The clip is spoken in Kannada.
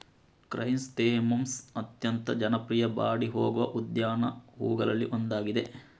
ಕ್ರೈಸಾಂಥೆಮಮ್ಸ್ ಅತ್ಯಂತ ಜನಪ್ರಿಯ ಬಾಡಿ ಹೋಗುವ ಉದ್ಯಾನ ಹೂವುಗಳಲ್ಲಿ ಒಂದಾಗಿದೆ